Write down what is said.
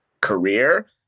career